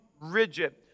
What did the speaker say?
rigid